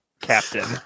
captain